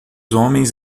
homens